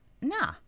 Nah